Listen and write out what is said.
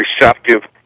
receptive